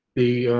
the.